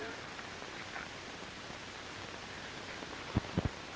it's